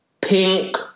Pink